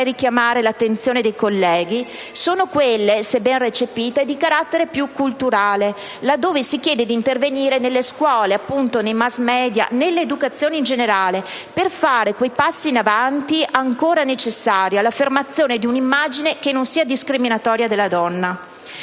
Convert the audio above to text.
e sulle quali vorrei richiamare l'attenzione dei colleghi sono quelle - se ben recepite - di carattere più culturale, dove si chiede di intervenire nelle scuole, nei *mass media*, nell'educazione in generale, per fare quei passi avanti ancora necessari all'affermazione di un'immagine non discriminatoria della donna.